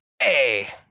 Hey